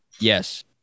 Yes